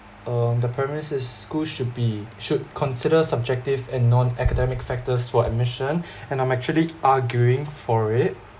um the premises schools should be should consider subjective and non-academic factors for admission and I'm actually arguing for it